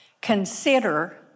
consider